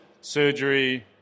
surgery